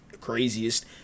craziest